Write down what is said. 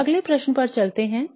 अब अगले प्रश्न पर चलते हैं